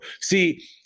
See